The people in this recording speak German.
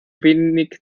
wenig